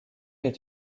est